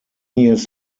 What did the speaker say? years